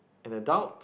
an adult